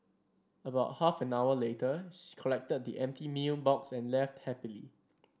about half an hour later she collected the empty meal box and left happily